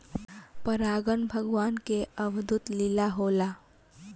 परागन भगवान के अद्भुत लीला होला